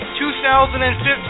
2015